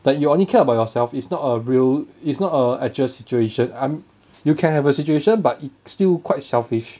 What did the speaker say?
that you only care about yourself is not a real it's not a actual situation I mea~ you can have a situation but it's still quite selfish